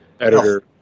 editor